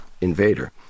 invader